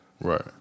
Right